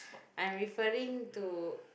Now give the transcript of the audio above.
I'm referring to